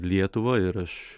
lietuvą ir aš